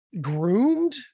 groomed